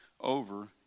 over